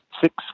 six